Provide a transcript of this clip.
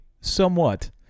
somewhat